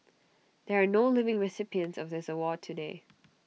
there are no living recipients of this award today